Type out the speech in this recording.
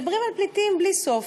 מדברים על פליטים בלי סוף,